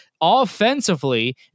Offensively